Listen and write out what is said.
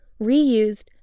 reused